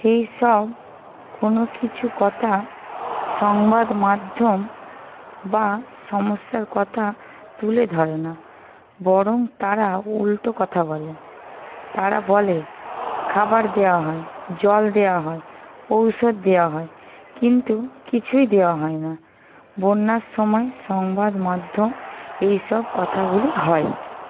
সেইসব কোনো কিছু কথা সংবাদ মাধ্যম বা সমস্যার কথা তুলে ধরে না বরং তারা উলটো কথা বলে তারা বলে খাবার দেওয়া হয় জল দেওয়া হয় ঔষধ দেওয়া হয় কিন্তু কিছুই দেওয়া হয় না বন্যার সময় সংবাদ মাধ্যম এইসব কথাগুলি হয়